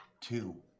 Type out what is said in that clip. two